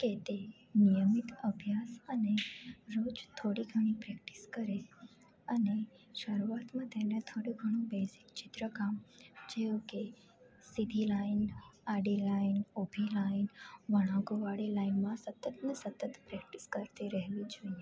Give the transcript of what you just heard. કે તે નિયમિત અભ્યાસ અને રોજ થોડી ઘણી પ્રેક્ટિસ કરે અને શરૂઆતમાં તેને થોડું ઘણું બેઝિક ચિત્રકામ જેવું કે સીધી લાઈન આડી લાઈન ઉભી લાઈન વણાંકોવાળી લાઈનમાં સતત ને સતત પ્રેક્ટિસ કરતી રહેવું જોઈએ